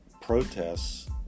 protests